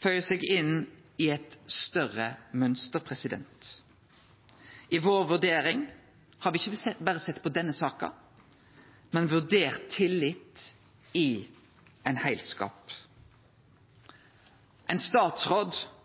føyer seg inn i eit større mønster. I vår vurdering har me ikkje berre sett på denne saka, men vurdert tillit i ein heilskap. Ein statsråd